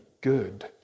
good